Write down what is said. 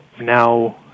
now